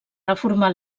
reformar